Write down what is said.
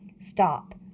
Stop